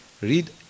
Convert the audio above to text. read